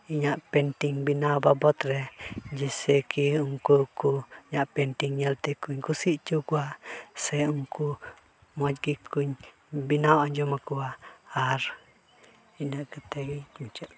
ᱤᱧᱟᱹᱜ ᱯᱮᱱᱴᱤᱝ ᱵᱮᱱᱟᱣ ᱵᱟᱵᱚᱫ ᱨᱮ ᱡᱮᱥᱮ ᱠᱤ ᱩᱱᱠᱩ ᱠᱚ ᱤᱧᱟᱹᱜ ᱯᱮᱱᱴᱤᱝ ᱧᱮᱞ ᱛᱮ ᱩᱱᱠᱩᱧ ᱠᱩᱥᱤ ᱦᱚᱪᱚ ᱠᱚᱣᱟ ᱥᱮ ᱩᱱᱠᱩ ᱢᱚᱡᱽ ᱜᱮ ᱠᱚᱹᱧ ᱵᱮᱱᱟᱣ ᱟᱸᱡᱚᱢ ᱟᱠᱚᱣᱟ ᱟᱨ ᱤᱱᱟᱹ ᱠᱟᱛᱮ ᱜᱮᱧ ᱢᱩᱪᱟᱹᱫᱟ